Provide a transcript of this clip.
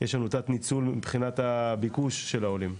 יש לנו תת ניצול מבחינת הביקוש של העולים.